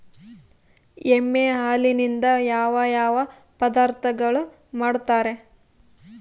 ಎಮ್ಮೆ ಹಾಲಿನಿಂದ ಯಾವ ಯಾವ ಪದಾರ್ಥಗಳು ಮಾಡ್ತಾರೆ?